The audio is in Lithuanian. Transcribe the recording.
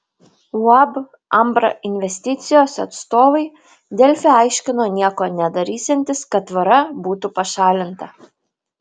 uab ambra investicijos atstovai delfi aiškino nieko nedarysiantys kad tvora būtų pašalinta